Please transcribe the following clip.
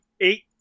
eight